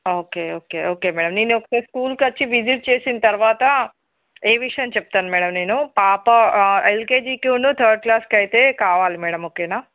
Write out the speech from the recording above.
okay okay okay madam నేను ఒకసారి స్కూల్కి వచ్చి విసిట్ చేసిన తరువాత ఏ విషయం చెప్తాను మేడం నేను పాప ఎల్కేజీకి థర్డ్ క్లాస్కి అయితే కావాలి మేడం ఓకేనా